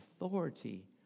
authority